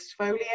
exfoliate